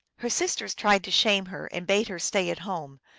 her sisters tried to shame her, and bade her stay at home,